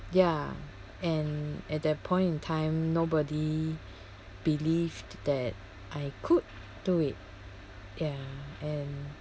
mm ya and at that point in time nobody believed that I could do it ya and